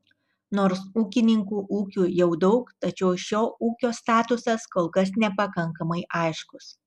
nors ūkininkų ūkių jau daug tačiau šio ūkio statusas kol kas nepakankamai aiškus